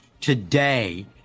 today